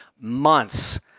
months